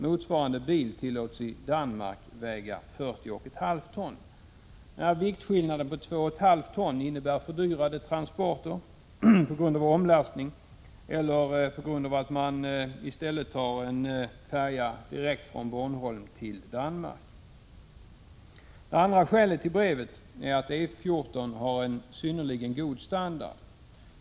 Motsvarande bil tillåts i Danmark väga 40,5 ton. Viktskillnaden på 2,5 ton innebär fördyrade transporter på grund av omlastning eller på grund av att man i stället tar en färja från Bornholm direkt till Danmark. Det andra skälet till brevet är att E 14 har en synnerligen god standard.